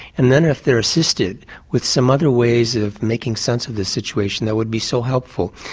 and then if they're assisted with some other ways of making sense of the situation, that would be so helpful.